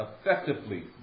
effectively